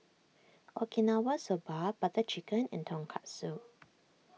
Okinawa Soba Butter Chicken and Tonkatsu